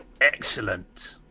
Excellent